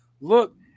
look